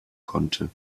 konnte